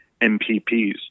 MPPs